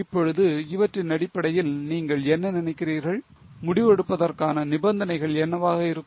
இப்பொழுது இவற்றின் அடிப்படையில் நீங்கள் என்ன நினைக்கிறீர்கள் முடிவெடுப்பதற்கான நிபந்தனைகள் என்னவாக இருக்கும்